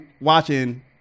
watching